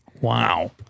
Wow